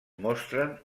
mostren